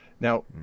Now